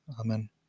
Amen